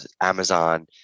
Amazon